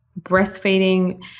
breastfeeding